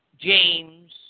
James